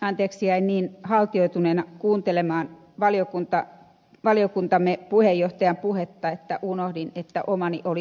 anteeksi jäin niin haltioituneena kuuntelemaan valiokuntamme puheenjohtajan puhetta että unohdin että omani oli seuraavana